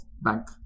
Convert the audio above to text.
bank